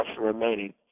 remaining